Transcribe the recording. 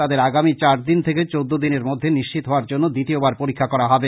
তাদের আগামী চার দিন থেকে চৌদ্দ দিনের মধ্যে নিশ্চিত হওয়ার জন্য দ্বিতীয়বার পরীক্ষা করা হবে